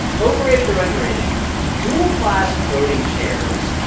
overrated or underrated dual-class voting shares,